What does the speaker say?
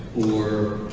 or,